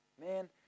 man